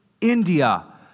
India